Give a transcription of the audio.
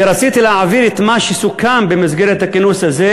ורציתי להעביר את מה שסוכם במסגרת הכינוס הזה